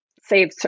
save